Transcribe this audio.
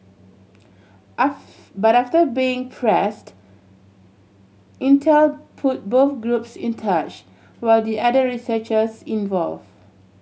but after being pressed Intel put both groups in touch will the other researchers involve